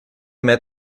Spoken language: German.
mehr